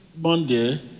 Monday